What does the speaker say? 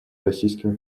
российскими